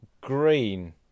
green